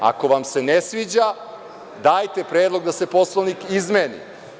Ako vam se ne sviđa, dajte predlog da se Poslovnik izmeni.